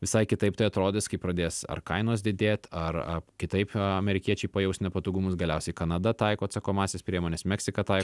visai kitaip tai atrodys kai pradės ar kainos didėt ar ar kitaip amerikiečiai pajaus nepatogumus galiausiai kanada taiko atsakomąsias priemones meksika tai